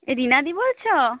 রীণাদি বলছো